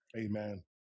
Amen